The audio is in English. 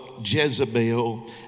Jezebel